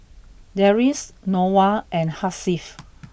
Deris Noah and Hasif